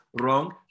wrong